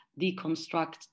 deconstruct